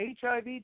HIV